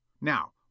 Now